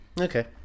okay